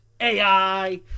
AI